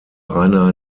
einer